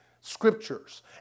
scriptures